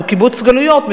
אנחנו קיבוץ גלויות,